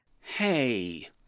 Hey